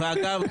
ואגב,